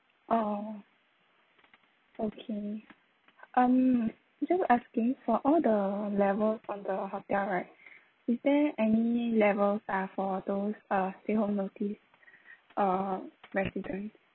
orh okay um just asking for all the levels of the hotel right is there any levels are for those uh stay home notice uh residents